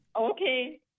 Okay